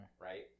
right